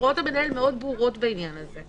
הוראות המנהל מאוד ברורות בעניין הזה.